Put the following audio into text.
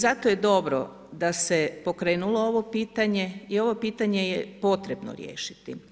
Zato je dobro da se pokrenulo ovo pitanje i ovo pitanje je potrebno riješiti.